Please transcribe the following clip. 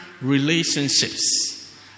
relationships